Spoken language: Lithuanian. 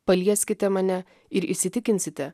palieskite mane ir įsitikinsite